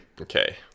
Okay